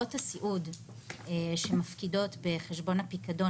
חברות הסיעוד שמפקידות בחשבון הפיקדון